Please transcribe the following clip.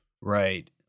Right